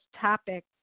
topic